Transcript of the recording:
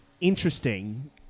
interesting